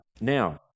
Now